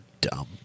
dumb